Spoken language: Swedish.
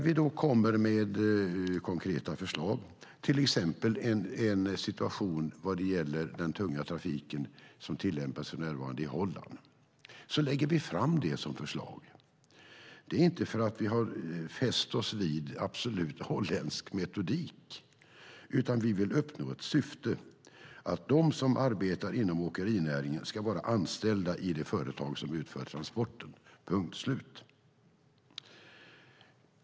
Vi lägger fram konkreta förslag, till exempel om den tunga trafiken enligt vad som gäller i Holland. Det är inte för att vi har fäst oss vid absolut holländsk metodik, utan vi vill uppnå syftet att de som arbetar inom åkerinäringen ska vara anställda i det företag som utför transporten, punkt slut.